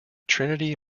trinity